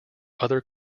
other